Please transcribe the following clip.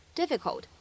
difficult